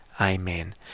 Amen